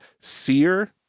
Seer